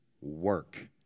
work